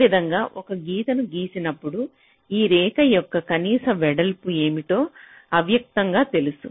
ఈ విధంగా ఒక గీతను గీసినప్పుడు ఈ రేఖ యొక్క కనీస వెడల్పు ఏమిటో అవ్యక్తంగా తెలుసు